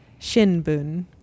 shinbun